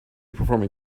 performing